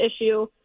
issue